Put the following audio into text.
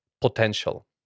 potential